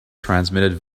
transmitted